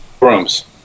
rooms